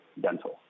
dental